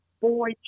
boy